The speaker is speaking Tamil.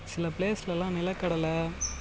சில பிளேஸ்லெலாம் நிலக்கடலை